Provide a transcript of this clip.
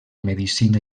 medicina